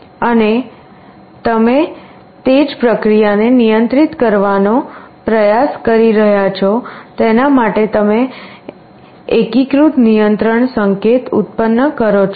અને અને તમે જે પ્રક્રિયાને નિયંત્રિત કરવાનો પ્રયાસ કરી રહ્યાં છો તેના માટે તમે એકીકૃત નિયંત્રણ સંકેત ઉત્પન્ન કરો છો